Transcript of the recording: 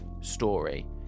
story